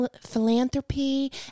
philanthropy